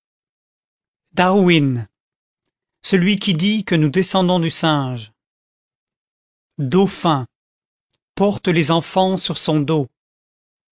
celui qui dit que nous descendons du singe dauphin porte les enfants sur son dos